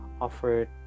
offered